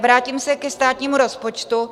Vrátím se ke státnímu rozpočtu.